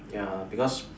ya because